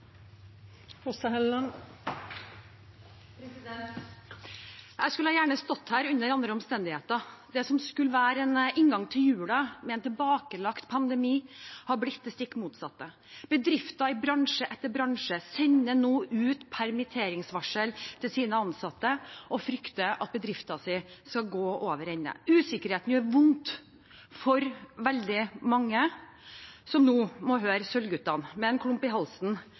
Jeg skulle gjerne ha stått her under andre omstendigheter. Det som skulle være en inngang til julen, med en tilbakelagt pandemi, er blitt det stikk motsatte. Bedrifter i bransje etter bransje sender nå ut permitteringsvarsel til sine ansatte og frykter at bedriften skal gå over ende. Usikkerheten gjør vondt for veldig mange som nå må høre Sølvguttene med en klump i halsen